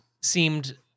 seemed